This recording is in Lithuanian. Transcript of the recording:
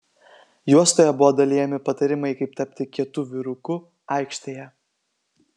juostoje buvo dalijami patarimai kaip tapti kietu vyruku aikštėje